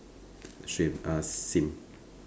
straight ah same